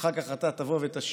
ואחר כך אתה תבוא ותשיב,